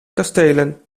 kastelen